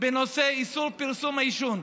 בנושא איסור פרסום העישון.